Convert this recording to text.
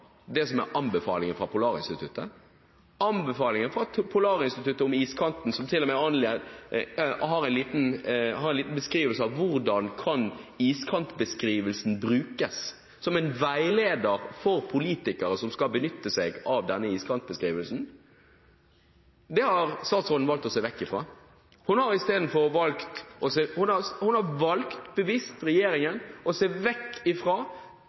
det som er anbefalingen fra Polarinstituttet om iskanten, som til og med har en liten beskrivelse av hvordan iskantbeskrivelsen kan brukes som en veileder for politikere som skal benytte seg av denne. Det har statsråden valgt å se bort fra. Hun og regjeringen har bevisst valgt å se bort fra oppdaterte modeller for hvordan man skal vurdere iskanten, og hvordan man skal benytte iskantoppdateringene fra Polarinstituttets side, og har i stedet valgt å